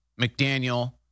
McDaniel